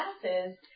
classes